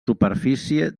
superfície